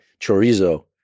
chorizo